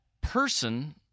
person